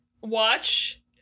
watch